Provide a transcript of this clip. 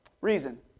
Reason